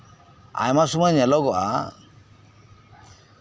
ᱟᱭᱢᱟ ᱥᱚᱢᱚᱭ ᱧᱮᱞᱚᱜᱚᱜᱼᱟ